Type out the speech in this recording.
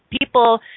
people